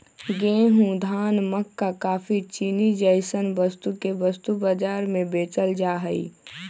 गेंहूं, धान, मक्का काफी, चीनी जैसन वस्तु के वस्तु बाजार में बेचल जा हई